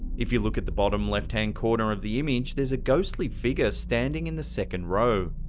if you look at the bottom left hand corner of the image, there's a ghostly figure standing in the second row.